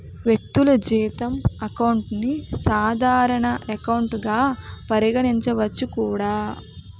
వ్యక్తులు జీతం అకౌంట్ ని సాధారణ ఎకౌంట్ గా పరిగణించవచ్చు కూడా